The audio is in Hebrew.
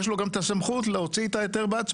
יש לו גם את הסמכות להוציא את ההיתר בעצמו.